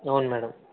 అవును మ్యాడం